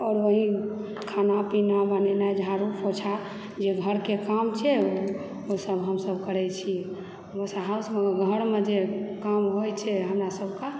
आओर वही खाना पीना बनेनाइ झाड़ू पोछा जे घरके काम छै ओसभ हमसभ करै छी घरमे जे काम होइत छै हमरा सभकऽ